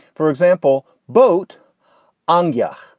for example, boat anga,